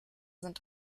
sind